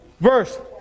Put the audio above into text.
verse